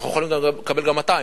אנחנו יכולים לקבל גם 200%,